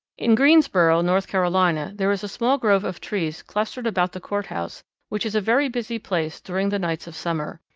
in greensboro, north carolina, there is a small grove of trees clustered about the courthouse which is a very busy place during the nights of summer.